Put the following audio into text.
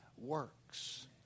works